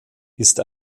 ist